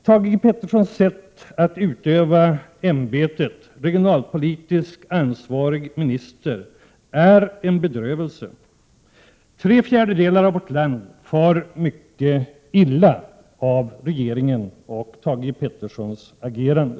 Thage G Petersons sätt att utöva sitt ämbete såsom regionalpolitiskt ansvarig minister är en bedrövelse. Tre fjärdedelar av vårt land far mycket illa till följd av regeringens och Thage G Petersons agerande.